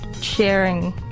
sharing